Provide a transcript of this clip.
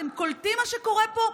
אתם קולטים מה שקורה פה?